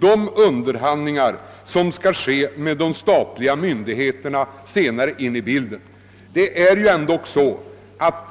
De underhandlingar som skall föras med de statliga myndigheterna kommer på ett senare stadium.